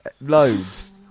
Loads